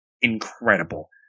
incredible